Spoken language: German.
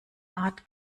art